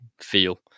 feel